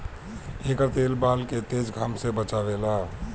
एकर तेल बाल के तेज घाम से बचावेला